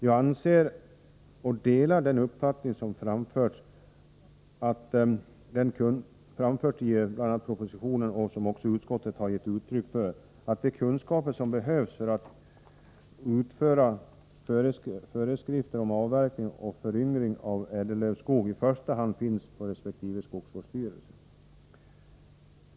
Jag delar den uppfattning som framförts i propositionen och som också utskottet har givit uttryck för, nämligen att de kunskaper som behövs för att utforma föreskrifter om avverkning och föryngring av ädellövskog i första hand finns på resp. skogsvårdsstyrelser.